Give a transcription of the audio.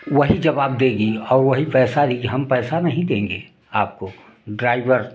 वही जवाब देगी और वही पैसा री हम पैसा नहीं देंगे आपको ड्राइवर